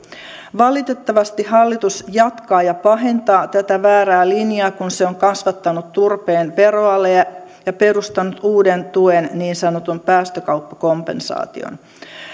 valitettavasti hallitus jatkaa ja pahentaa tätä väärää linjaa kun se on kasvattanut turpeen veroalea ja ja perustanut uuden tuen niin sanotun päästökauppakompensaation